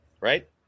right